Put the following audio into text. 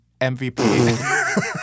MVP